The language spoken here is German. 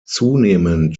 zunehmend